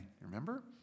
Remember